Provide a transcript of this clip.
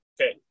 Okay